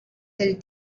del